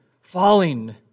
falling